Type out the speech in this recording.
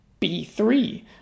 B3